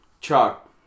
Chuck